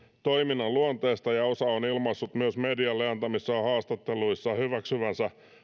toiminnan luonteesta ja osa on ilmaissut myös medialle antamissaan haastatteluissa hyväksyvänsä